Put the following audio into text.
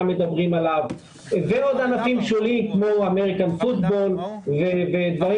מדברים עליו ועוד ענפים כמו אמריקן פוטבול ודברים